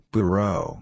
Bureau